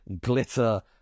glitter